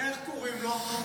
איך קוראים לו?